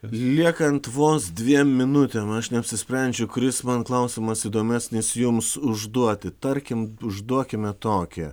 liekant vos dviem minutėm aš neapsisprendžiu kuris man klausimas įdomesnis jums užduoti tarkim užduokime tokį